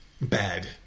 Bad